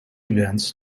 events